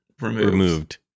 removed